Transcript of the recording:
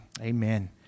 amen